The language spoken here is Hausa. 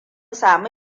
samu